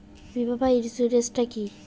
বিমা বা ইন্সুরেন্স টা কি?